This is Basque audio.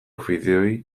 fideoei